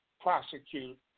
prosecute